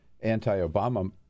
Anti-Obama